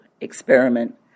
experiment